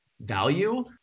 value